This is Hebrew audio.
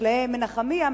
חקלאי מנחמיה,